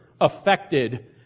affected